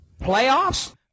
Playoffs